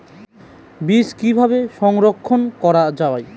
বীজ কিভাবে সংরক্ষণ করা যায়?